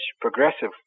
progressive